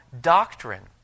doctrine